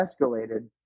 escalated